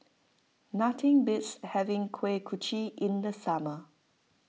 nothing beats having Kuih Kochi in the summer